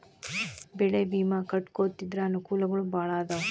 ಬೆಳೆ ವಿಮಾ ಕಟ್ಟ್ಕೊಂತಿದ್ರ ಅನಕೂಲಗಳು ಬಾಳ ಅದಾವ